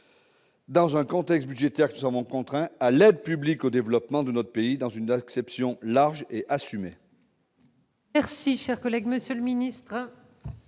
dans un contexte budgétaire que nous savons contraint à l'aide publique au développement de notre pays, dans une acception large et assumée